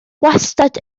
wastad